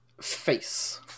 Face